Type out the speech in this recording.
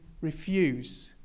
refuse